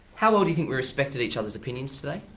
how well do you think we respected each other's opinions today?